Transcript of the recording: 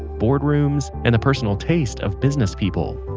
boardrooms, and the personal taste of business people.